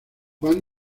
juan